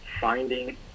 finding